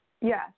Yes